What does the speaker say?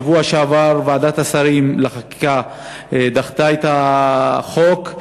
בשבוע שעבר ועדת השרים לחקיקה דחתה את החוק.